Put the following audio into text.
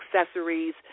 accessories